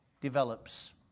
develops